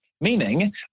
meaning